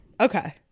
okay